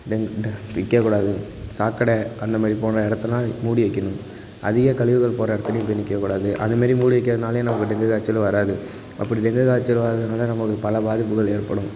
டெங் நிற்க கூடாது சாக்கடை அந்தமாரி போகிற இடத்தலாம் மூடி வைக்கணும் அதிக கழிவுகள் போகிற இடத்துலையும் போய் நிற்கக்கூடாது அதமாரி மூடி வைக்கிறதனால நமக்கு டெங்கு காய்ச்சல் வராது அப்படி டெங்கு காய்ச்சல் வரதுனால நமக்கு பல பாதிப்புகள் ஏற்படும்